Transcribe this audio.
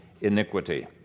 iniquity